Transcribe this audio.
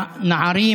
הנערים